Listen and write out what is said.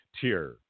tier